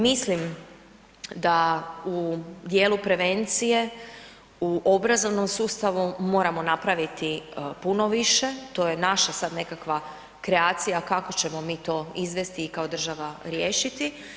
Mislim da u dijelu prevencije u obrazovnom sustavu moramo napraviti puno više, to je naša sad nekakva kreacija kako ćemo mi to izvesti i kao država riješiti.